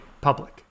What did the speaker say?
public